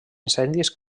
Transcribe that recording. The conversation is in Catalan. incendis